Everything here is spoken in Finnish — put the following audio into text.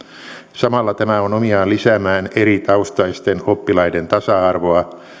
samalla tämä on omiaan lisäämään eri taustaisten oppilaiden tasa arvoa